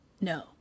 no